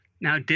Now